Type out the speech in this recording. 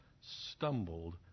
stumbled